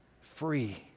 free